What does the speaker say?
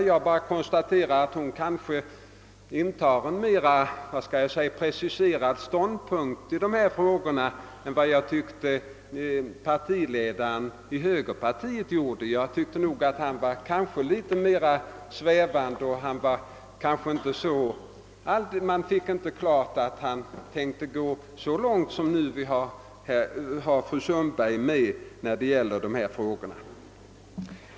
Jag konstaterar endast att fru Sundberg intar en mera preciserad ståndpunkt i dessa frågor än vad jag tyckte att högerpartiets ledare gjorde. Jag fann att han var mera svävande — man fick inte intrycket att han ämnade följa med så långt som fru Sundberg nu förklarar sig beredd att gå i dessa frågor.